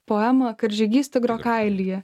poemą karžygys tigro kailyje